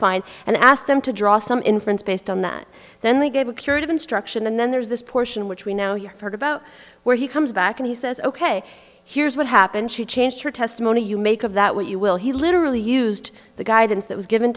fine and i asked them to draw some inference based on that then they gave a curative instruction and then there's this portion which we now heard about where he comes back and he says ok here's what happened she changed her testimony you make of that what you will he literally used the guidance that was given